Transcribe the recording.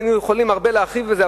היינו יכולים הרבה להרחיב בזה,